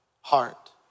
heart